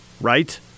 right